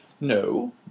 No